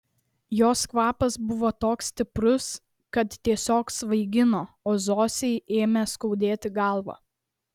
jos kvapas buvo toks stiprus kad tiesiog svaigino o zosei ėmė skaudėti galvą